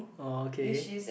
okay